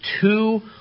two